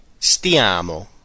stiamo